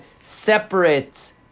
separate